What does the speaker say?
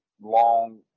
long